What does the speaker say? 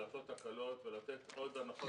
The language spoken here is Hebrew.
לעשות הקלות ולתת עוד הנחות